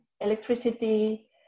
electricity